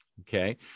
Okay